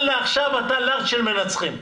עכשיו אתה לארג' של מנצחים.